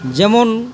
যেমন